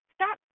Stop